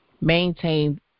maintain